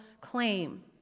claim